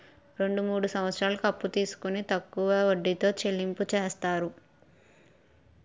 రెండు మూడు సంవత్సరాలకు అప్పు తీసుకొని తక్కువ వడ్డీతో చెల్లింపు చేస్తారు